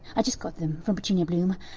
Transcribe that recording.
i just got them. from petunia bloom.